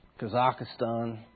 Kazakhstan